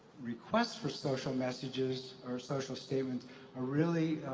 requests for social messages or social statements are really